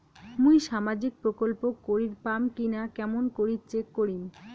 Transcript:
মুই সামাজিক প্রকল্প করির পাম কিনা কেমন করি চেক করিম?